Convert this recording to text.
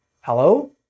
hello